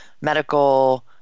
medical